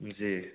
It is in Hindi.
जी